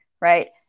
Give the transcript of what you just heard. right